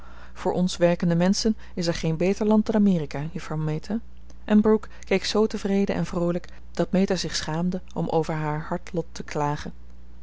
voor ons werkende menschen is er geen beter land dan amerika juffrouw meta en brooke keek zoo tevreden en vroolijk dat meta zich schaamde om over haar hard lot te klagen